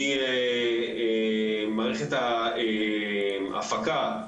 ממערכת ההפקה,